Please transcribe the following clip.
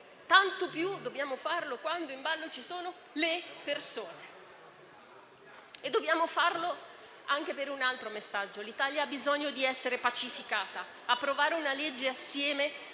tanto più dobbiamo farlo quando in ballo ci sono le persone. Dobbiamo farlo anche per un altro messaggio. L'Italia ha bisogno di essere pacificata. Approvare una legge assieme